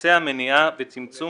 לנושא המניעה וצמצום